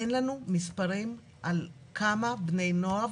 אין לנו מספרים על כמה בני נוער,